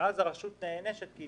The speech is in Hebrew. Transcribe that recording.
הרשות נענשת, כי היא